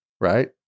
Right